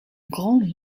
grand